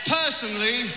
personally